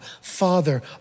Father